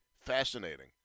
fascinating